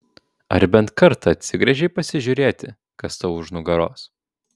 ar bent kartą atsigręžei pasižiūrėti kas tau už nugaros